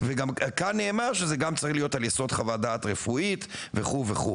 וגם כאן נאמר שזה גם צריך להיות על יסוד חוות דעת רפואית וכו וכו'.